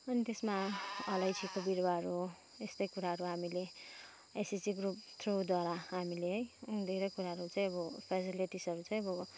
अनि त्यसमा अलैँचीको बिरुवाहरू यस्तै कुराहरू हामीले एसएसजी ग्रुप थ्रुद्वारा हामीले है धेरै कुराको चाहिँ अब फ्यासिलिटिसजहरू चाहिँ अब